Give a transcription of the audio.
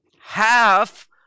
Half